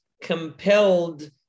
compelled